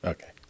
Okay